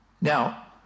Now